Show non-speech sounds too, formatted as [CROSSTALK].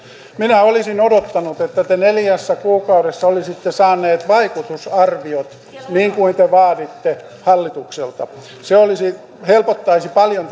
minä minä olisin odottanut että te neljässä kuukaudessa olisitte saaneet vaikutusarviot niin kuin te vaaditte hallitukselta se helpottaisi paljon [UNINTELLIGIBLE]